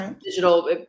digital